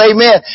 Amen